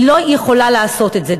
היא לא יכולה לעשות את זה,